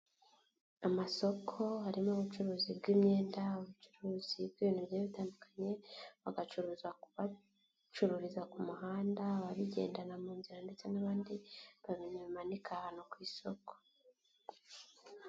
Amasoko harimo ubucuruzi bw'imyenda, ubacuruzi bw'ibntu bigiye bitandukanye bagacuruza ku muhanda, ababigendana mu nzira ndetse n'abandi babimanika ahantu ku isoko.